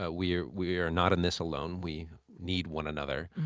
ah we are we are not in this alone. we need one another.